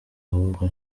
ahubwo